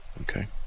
Okay